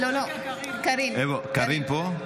קארין פה?